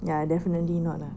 ya definitely not lah